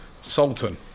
Sultan